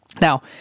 Now